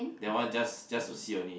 that one just just to see only